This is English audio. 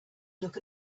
look